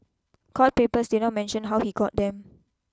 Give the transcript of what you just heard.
court papers did not mention how he got them